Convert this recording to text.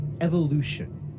evolution